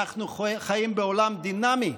אנחנו חיים בעולם דינמי.